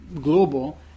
global